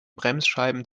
bremsscheiben